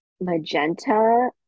magenta